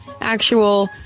actual